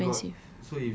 singtel is so expensive